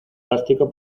plástico